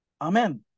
Amen